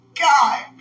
God